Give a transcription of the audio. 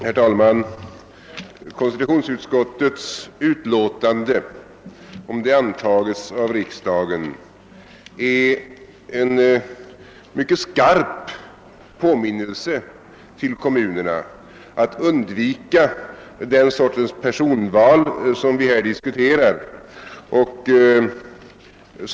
Herr talman! Om riksdagen biträder konstitutionsutskottets utlåtande blir det en skarp påminnelse till kommunerna om att de bör undvika den sorts personval som vi här diskuterar.